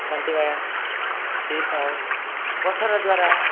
ବାଣ୍ଟିବା ଶିଖିଥାଉ ପଥର ଦ୍ୱାରା